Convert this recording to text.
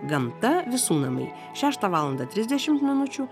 gamta visų namai šeštą valandą trisdešim minučių